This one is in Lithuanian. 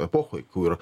epochoj kur